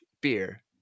beer